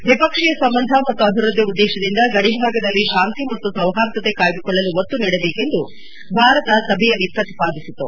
ದ್ವಿಪಕ್ಷೀಯ ಸಂಬಂಧ ಮತ್ತು ಅಭಿವೃದ್ದಿ ಉದ್ದೇಶದಿಂದ ಗಡಿ ಭಾಗದಲ್ಲಿ ಶಾಂತಿ ಮತ್ತು ಸೌಹಾರ್ದತೆ ಕಾಯ್ದುಕೊಳ್ಳಲು ಒತ್ತು ನೀಡಬೇಕು ಎಂದು ಭಾರತ ಸಭೆಯಲ್ಲಿ ಪ್ರತಿಪಾದಿಸಿತು